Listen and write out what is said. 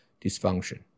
dysfunction